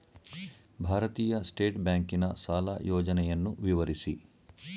ಭಾರತೀಯ ಸ್ಟೇಟ್ ಬ್ಯಾಂಕಿನ ಸಾಲ ಯೋಜನೆಯನ್ನು ವಿವರಿಸಿ?